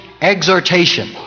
exhortation